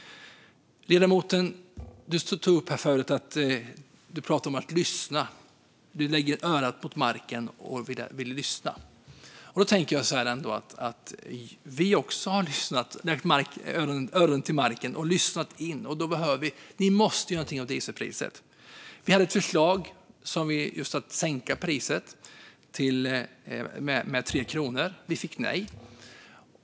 Du pratade tidigare om att lyssna, Malin Larsson. Du lägger örat mot marken och vill lyssna. Då tänker jag ändå så här: Vi har också lagt örat mot marken och lyssnat in, och vi tycker att ni måste göra någonting åt dieselpriset. Vi hade ett förslag om att sänka priset med 3 kronor, men vi fick nej.